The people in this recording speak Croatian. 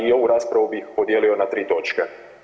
A i ovu raspravu bih podijelio na 3 točke.